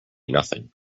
nothing